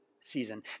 season